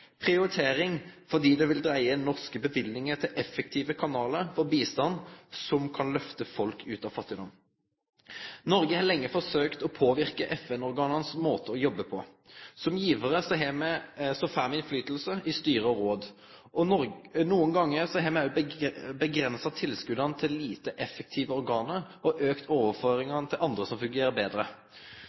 prioritering fordi det vil dreie norske løyvingar til effektive kanalar for bistand som kan lyfte folk ut av fattigdommen. Noreg har lenge prøvd å påverke FN-organas måte å jobbe på. Som givarar får me innflytelse i styre og råd. Nokre gonger har me òg avgrensa tilskotta til lite effektive organ og auka overføringane til andre som fungerer betre.